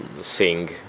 sing